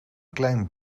klein